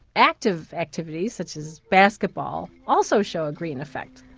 active activities such as basketball also show a green effect,